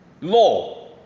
law